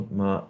ma